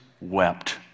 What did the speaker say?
wept